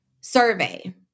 survey